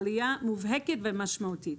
העלייה היא מובהקת ומשמעותית.